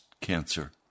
cancer